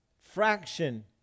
fraction